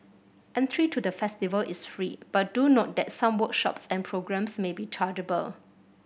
entry to the festival is free but do note that some workshops and programmes may be chargeable